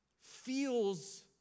feels